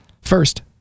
First